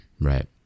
right